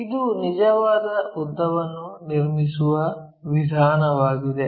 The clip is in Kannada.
ಇದು ನಿಜವಾದ ಉದ್ದವನ್ನು ನಿರ್ಮಿಸುವ ವಿಧಾನವಾಗಿದೆ